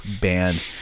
band